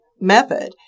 method